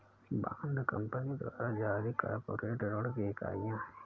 bond company द्वारा जारी corporate ऋण की इकाइयां हैं